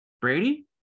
Brady